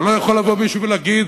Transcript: הלוא יכול לבוא מישהו ולהגיד,